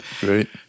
Great